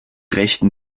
rechten